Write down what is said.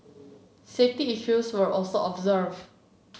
safety issues were also observed